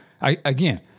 again